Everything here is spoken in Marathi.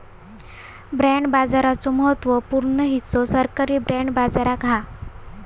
बाँड बाजाराचो महत्त्व पूर्ण हिस्सो सरकारी बाँड बाजार हा